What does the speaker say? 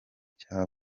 cya